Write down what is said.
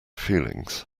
feelings